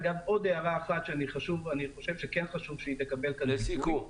עוד הערה אחת שאני חושב שכן חשוב שהיא תקבל כאן ביטוי -- לסיכום.